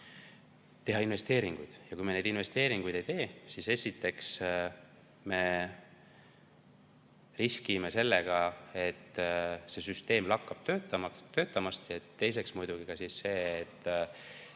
teha investeeringuid. Kui me neid investeeringuid ei tee, siis esiteks me riskime sellega, et süsteem lakkab töötamast, ja teiseks sellega, et